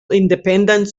independent